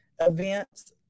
events